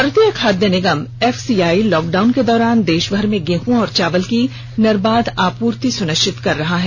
भारतीय खाद्य निगम एफसीआई लॉकडाउन के दौरान देशभर में गेहूं और चावल की निर्बाध आपूर्ति सुनिश्चित कर रहा है